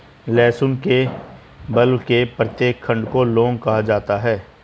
लहसुन के बल्ब के प्रत्येक खंड को लौंग कहा जाता है